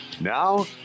now